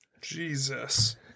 Jesus